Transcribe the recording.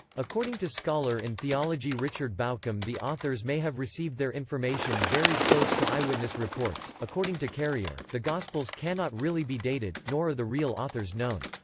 according to scholar in theology richard bauckham the authors may have received their information very close to eyewitness reports according to carrier, the gospels cannot really be dated, nor are the real authors known.